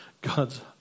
God's